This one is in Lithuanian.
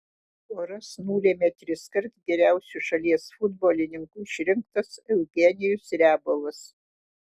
poras nulėmė triskart geriausiu šalies futbolininku išrinktas eugenijus riabovas